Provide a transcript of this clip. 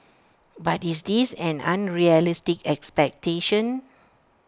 but is this an unrealistic expectation